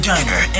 Diner